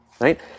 right